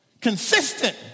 consistent